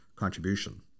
contribution